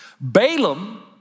Balaam